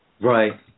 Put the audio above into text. right